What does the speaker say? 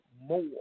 more